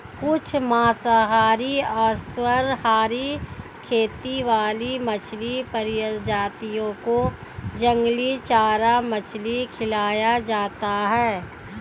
कुछ मांसाहारी और सर्वाहारी खेती वाली मछली प्रजातियों को जंगली चारा मछली खिलाया जाता है